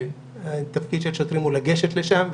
התפקיד של השוטרים הוא לגשת לשם,